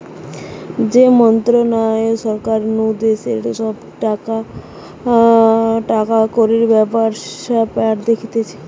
যে মন্ত্রণালয় সরকার নু দেশের সব কটা টাকাকড়ির ব্যাপার স্যাপার দেখতিছে